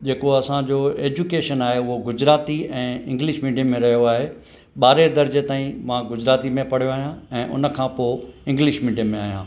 जेको असांजो एजुकेशन आहे उहो गुजराती ऐं इंग्लिश मीडियम में रहियो आहे ॿारहं दर्जे ताईं मां गुजराती में पढ़ियो आहियां ऐं उन खां पोइ इंग्लिश मीडियम में आहियां